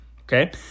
Okay